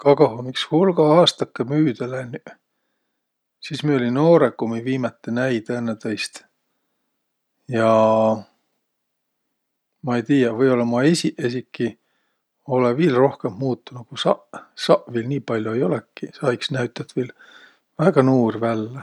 Kagoh um iks hulga aastakkõ müüdä lännüq! Sis mi olli noorõq, ku mi viimäte näi tõõnõtõist. Jaa, ma ei tiiäq, või-ollaq ma esiq esiki olõ viil rohkõmb muutunuq ku saq. Saq viil nii pal'o ei olõki. Sa iks näütät viil väega nuur vällä.